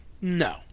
No